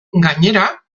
gainera